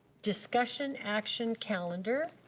discussion action calendar.